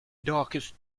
darkest